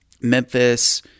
memphis